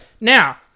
now